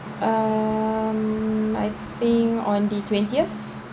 um I think on the twentieth